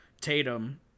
tatum